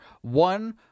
one